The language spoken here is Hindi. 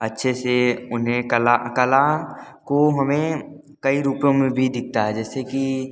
अच्छे से उन्हें कला कला को हमें कई रूपों में भी दिखता है जैसे कि